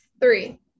three